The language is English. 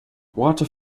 water